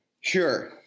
Sure